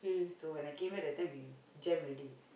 so when I came back that time he jam already